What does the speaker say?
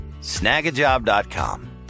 Snagajob.com